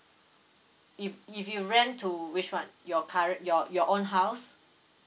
if if you rent to which one your current your your own house